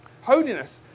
holiness